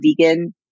vegan